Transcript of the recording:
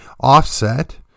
offset